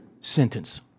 sentence